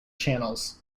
channels